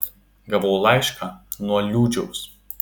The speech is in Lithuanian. gavau laišką nuo liūdžiaus